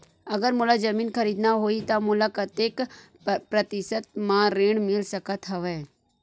अगर मोला जमीन खरीदना होही त मोला कतेक प्रतिशत म ऋण मिल सकत हवय?